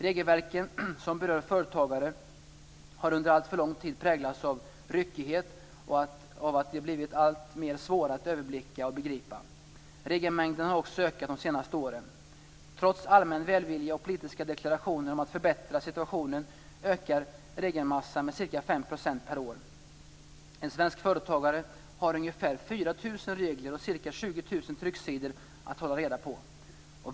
Regelverken som berör företagare har under alltför lång tid präglats av ryckighet och av att de blir allt svårare att överblicka och begripa. Regelmängden har också ökat de senaste åren. Trots allmän välvilja och politiska deklarationer om att förbättra situationen ökar regelmassan med ca 5 % per år. En svensk företagare har ungefär 4 000 regler och ca 20 000 trycksidor att hålla reda på.